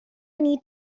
need